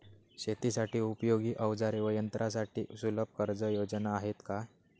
शेतीसाठी उपयोगी औजारे व यंत्रासाठी सुलभ कर्जयोजना आहेत का?